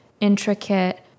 intricate